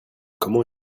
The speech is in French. comment